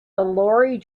lorry